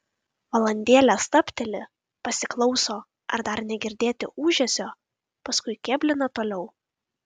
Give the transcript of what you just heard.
valandėlę stabteli pasiklauso ar dar negirdėti ūžesio paskui kėblina toliau